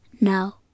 No